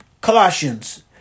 Colossians